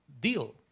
deal